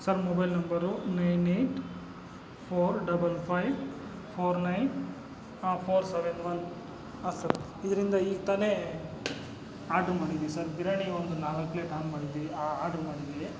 sir mobile number nine eight four double five four nine ಹಾಂ four seven one ಹಾಂ sir ಇದರಿಂದ ಈಗ ತಾನೇ ಆರ್ಡ್ರು ಮಾಡಿದೀವಿ ಸರ್ ಬಿರಿಯಾನಿ ಒಂದು ನಾಲ್ಕು ಪ್ಲೇಟ್ ಆನ್ ಮಾಡಿದೀವಿ ಆರ್ಡ್ರ್ ಮಾಡಿದೀವಿ